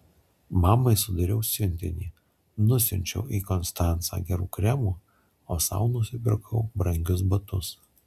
mamai sudariau siuntinį nusiunčiau į konstancą gerų kremų o sau nusipirkau brangius batus